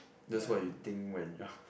that's what you think when you're